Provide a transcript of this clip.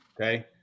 Okay